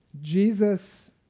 Jesus